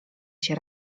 się